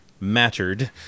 mattered